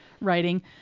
writing